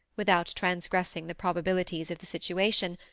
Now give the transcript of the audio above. without transgressing the probabilities of the situation,